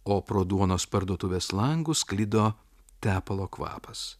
o pro duonos parduotuvės langus sklido tepalo kvapas